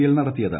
L നടത്തിയത്